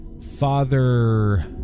Father